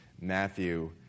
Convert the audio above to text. Matthew